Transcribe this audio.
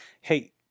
Hey